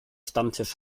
stammtisch